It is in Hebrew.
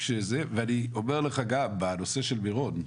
ואני אומר לך גם בנושא של מירון,